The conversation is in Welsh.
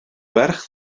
ferch